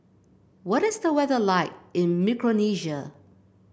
what is the weather like in Micronesia